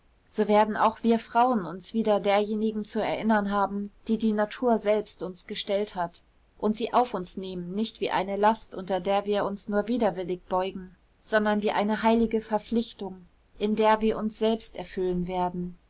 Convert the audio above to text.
so werden auch wir frauen uns wieder derjenigen zu erinnern haben die die natur selbst uns gestellt hat und sie auf uns nehmen nicht wie eine last unter der wir uns nur widerwillig beugen sondern wie eine heilige verpflichtung in der wir uns selbst erfüllen werden